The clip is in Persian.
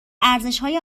ارزشهای